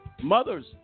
mothers